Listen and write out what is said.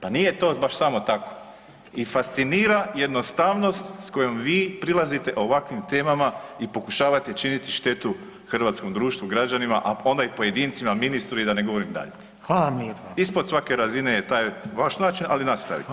Pa nije to baš samo tako i fascinira jednostavnost s kojom vi prilazite ovakvim temama i pokušavate činiti štetu hrvatskom društvu, građanima, a onda i pojedincima, ministru i da ne govorim dalje [[Upadica: Hvala vam lijepo.]] ispod svake razine je taj vaš način ali nastavite.